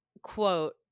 quote